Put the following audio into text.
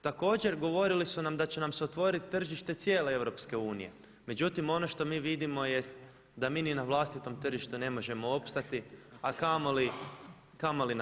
Također govorili su da će nam se otvoriti tržište cijele EU, međutim ono što mi vidimo jest da mi ni na vlastitom tržištu ne možemo opstati, a kamoli na